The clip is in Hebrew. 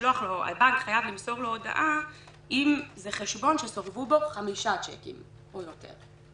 הבנק חייב למסור לו הודעה אם זה חשבון שסורבו בו חמישה צ'קים או יותר,